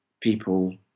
people